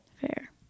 Fair